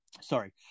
Sorry